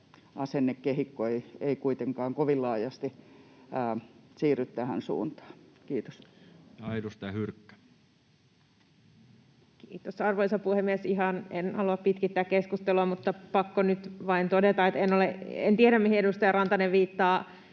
koskevaksi lainsäädännöksi Time: 17:32 Content: Kiitos, arvoisa puhemies! En halua pitkittää keskustelua, mutta pakko nyt vain todeta, että en ihan tiedä, mihin edustaja Rantanen viittaa